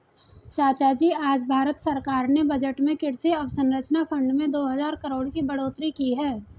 चाचाजी आज भारत सरकार ने बजट में कृषि अवसंरचना फंड में दो हजार करोड़ की बढ़ोतरी की है